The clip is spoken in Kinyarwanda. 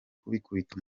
gukubita